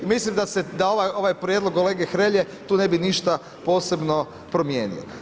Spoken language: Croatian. I mislim da ovaj prijedlog kolege HRelje tu ne bi ništa posebno promijenio.